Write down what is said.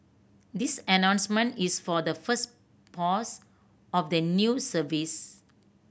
this announcement is for the first pose of the new service